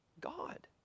God